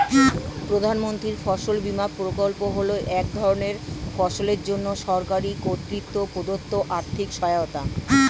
প্রধানমন্ত্রীর ফসল বিমা প্রকল্প হল এক ধরনের ফসলের জন্য সরকার কর্তৃক প্রদত্ত আর্থিক সহায়তা